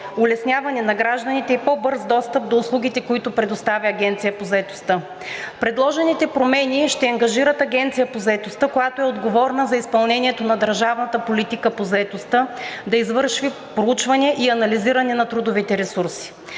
улесняване на гражданите и по-бърз достъп до услугите, които предоставя Агенцията по заетостта. Предложените промени ще ангажират Агенцията по заетостта, която е отговорна за изпълнението на държавната политика по заетостта да извърши проучване и анализиране на трудовите ресурси.